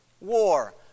war